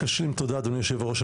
תודה, אדוני יושב הראש.